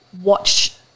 watch